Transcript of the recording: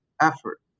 effort